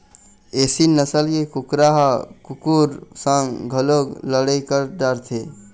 एसील नसल के कुकरा ह कुकुर संग घलोक लड़ई कर डारथे